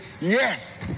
yes